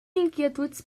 inquietuds